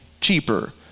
cheaper